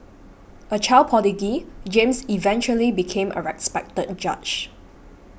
a child prodigy James eventually became a respected judge